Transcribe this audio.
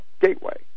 gateway